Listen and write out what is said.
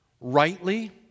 rightly